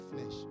flesh